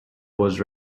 was